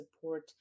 support